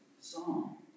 song